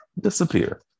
disappear